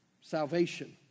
salvation